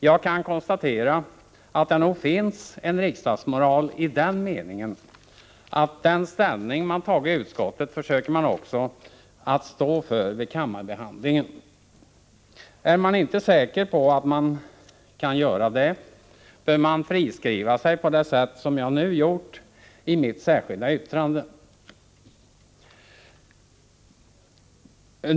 Jag kan konstatera att det nog finns en riksdagsmorali den meningen att den ställning man tagit i utskottet försöker man också stå för vid kammarbehandlingen. Är man inte säker på att man kan göra det, bör man friskriva sig på det sätt som jag nu gjort i mitt särskilda yttrande.